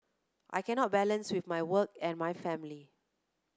I can not balance with my work and my family